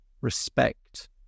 respect